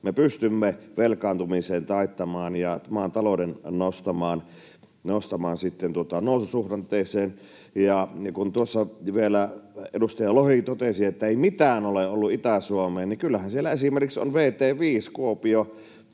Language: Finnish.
me pystymme velkaantumisen taittamaan ja maan talouden nostamaan noususuhdanteeseen. Kun tuossa vielä edustaja Lohi totesi, että ei mitään ole ollut Itä-Suomeen, niin kyllähän siellä esimerkiksi on vt 5,